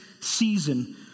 season